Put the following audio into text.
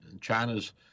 China's